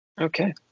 Okay